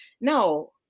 no